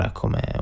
come